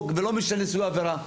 ולא משנה סוג העבירה.